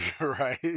Right